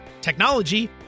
technology